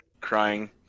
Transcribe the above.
crying